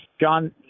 John